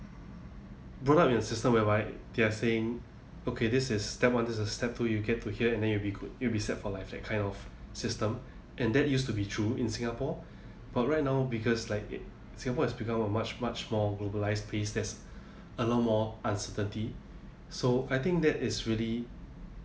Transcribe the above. brought up in a system whereby they are saying okay this is step one this is step two you get to here and then you'd be good you'll be set for life that kind of system and that used to be true in singapore but right now because like it singapore has become a much much more globalised place there's a lot more uncertainty so I think that is really